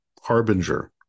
Harbinger